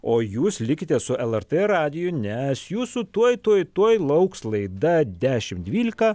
o jūs likite su lrt radiju nes jūsų tuoj tuoj tuoj lauks laida dešimt dvylika